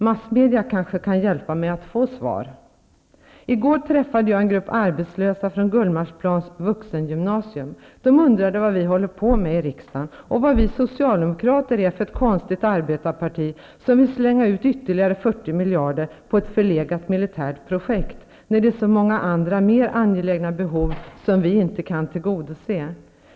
Massmedia kanske kan hjälpa mig att få svar. I går träffade jag en grupp arbetslösa från Gullmarsplans vuxengymnasium. De undrade vad vi håller på med i riksdagen, och vad vi socialdemokrater är för ett konstigt arbetarparti som vill slänga ut ytterligare 40 miljarder på ett förlegat militärt projekt, när det är så många mer angelägna behov som vi inte kan tillgodose.